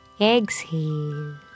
exhale